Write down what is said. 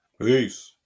Peace